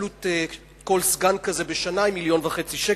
עלות כל סגן כזה בשנה היא מיליון וחצי שקלים,